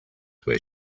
where